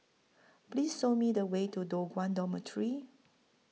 Please Sow Me The Way to Toh Guan Dormitory